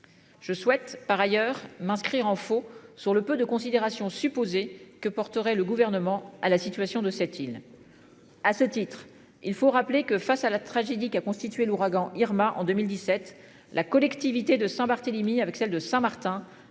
Je souhaite par ailleurs m'inscrire en faux sur le peu de considération supposer que porterait le gouvernement à la situation de cette île. À ce titre, il faut rappeler que face à la tragédie qu'a constitué l'ouragan Irma en 2017 la collectivité de Saint-Barthélemy avec celle de Saint-Martin